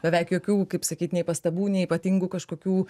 beveik jokių kaip sakyt nei pastabų nei ypatingų kažkokių